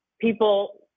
people